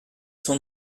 son